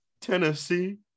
Tennessee